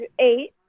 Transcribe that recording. eight